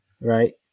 Right